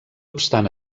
obstant